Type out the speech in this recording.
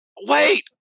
Wait